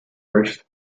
roof